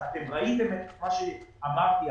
ראיתם את מה שאמרתי,